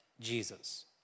Jesus